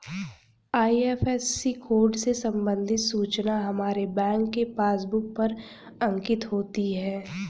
IFSC code से संबंधित सूचना हमारे बैंक के पासबुक पर अंकित होती है